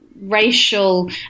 racial